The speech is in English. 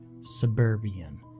suburban